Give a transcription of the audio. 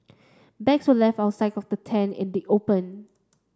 bags were left outside the tent in the open